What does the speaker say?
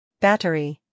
battery